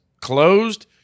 closed